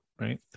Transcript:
right